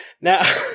Now